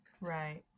Right